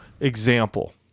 example